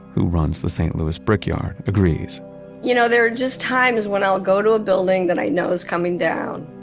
who runs the st. louis brickyard agrees you know, there are just times when i'll go to a building that i know is coming down,